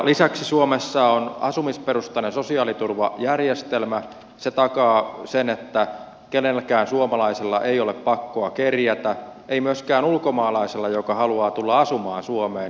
lisäksi suomessa on asumisperusteinen sosiaaliturvajärjestelmä ja se takaa sen että kenenkään suomalaisen ei ole pakko kerjätä ei myöskään ulkomaalaisen joka haluaa tulla asumaan suomeen